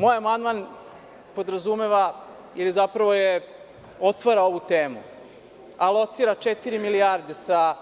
Moj amandman podrazumeva ili zapravo otvara ovu temu, a locira četiri milijarde sa